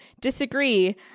disagree